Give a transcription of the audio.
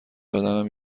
بدنم